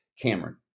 Cameron